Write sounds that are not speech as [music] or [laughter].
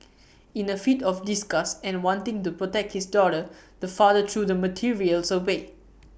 [noise] in A fit of disgust and wanting to protect his daughter the father threw the materials away